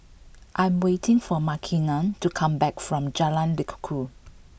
I am waiting for Makenna to come back from Jalan Lekub